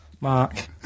Mark